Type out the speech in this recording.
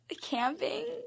camping